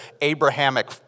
Abrahamic